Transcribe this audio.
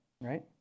right